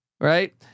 Right